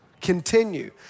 continue